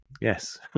yes